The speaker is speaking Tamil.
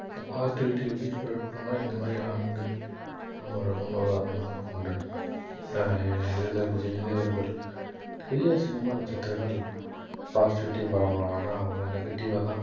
அந்த பாசிட்டிவிட்டியை எப்படி ஸ்ப்ரெட் பண்ணுன்னா இந்த மாதிரி ஆனவங்களை நம்ம ஒரு முன் உதாரணமாக கொண்டு இந்த இளைய தளபதி விஜய் அவர்கள் பெரிய சினிமா நட்சத்திரங்கள் பாசிட்டிவிட்டியை பரப்பலாம் ஆனால் அவங்க நெகட்டிவாக தான்